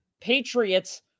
Patriots